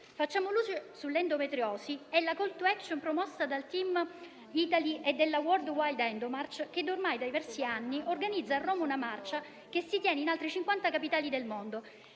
«Facciamo luce sull'endometriosi» è la *call to action* promossa dal Team Italy della Worldwide Endomarch, che ormai da diversi anni organizza a Roma una marcia che si tiene in altre 50 capitali del mondo